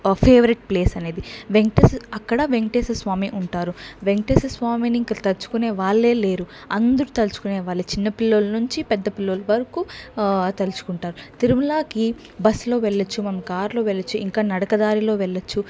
favourite place అనేది వేంకటేశ్వర అక్కడ వేంకటేశ్వరస్వామి ఉంటారు వేంకటేశ్వరస్వామిని ఇంక తలుచుకోనే వాళ్ళేలేరు అందరూ తలుచుకునే వాళ్ళే చిన్నపిల్లోల నించి పెద్దపిల్లోల వరకు తలచుకుంటారు తిరుమలకి బస్లో వెళ్ళచ్చు మనం కార్లో వెళ్ళచ్చు ఇంకా నడకదారిలో వెళ్ళచ్చు